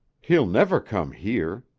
he'll never come here.